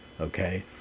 okay